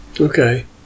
okay